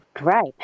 Right